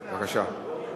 בבקשה.